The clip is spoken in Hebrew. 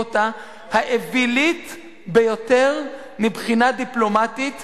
אותה "האווילית ביותר מבחינה דיפלומטית